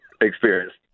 experienced